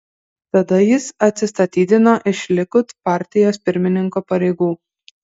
tada jis atsistatydino iš likud partijos pirmininko pareigų